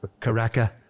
Caraca